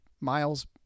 miles